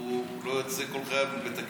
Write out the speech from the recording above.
והוא לא יוצא כל חייו מבית הכלא.